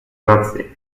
nazi